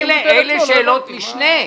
אלה שאלות משנה.